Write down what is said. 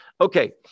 Okay